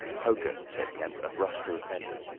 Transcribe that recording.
poker, said kemp, and rushed to the fender.